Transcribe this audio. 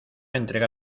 entrega